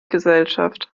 gesellschaft